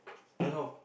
then how